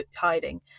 hiding